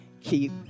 keep